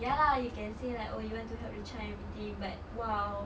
ya lah you can say like oh you want to help the child everything but !wow!